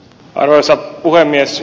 arvoisa puhemies